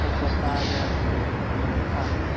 सब दर्शाया गया अच्छे से एक दम रखा है